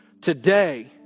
today